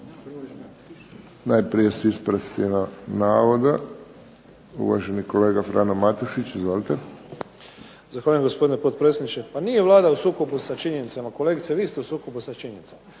najprije s ispravcima navoda. Uvaženi kolega Frano Matušić. Izvolite. **Matušić, Frano (HDZ)** Zahvaljujem gospodine potpredsjedniče. Pa nije Vlada u sukobu sa činjenicama. Kolegice, vi ste u sukobu sa činjenicama.